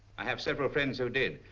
i have several friends who did.